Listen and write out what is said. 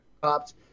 cops